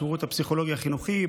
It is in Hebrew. השירות הפסיכולוגי החינוכי,